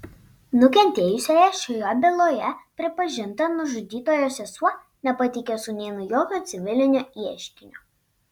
nukentėjusiąja šioje byloje pripažinta nužudytojo sesuo nepateikė sūnėnui jokio civilinio ieškinio